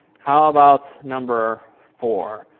how about number four?